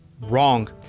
Wrong